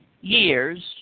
years